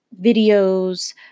videos